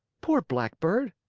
poor blackbird!